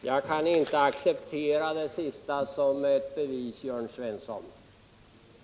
Herr talman! Det sista som Jörn Svensson sade kan jag inte acceptera som ett bevis.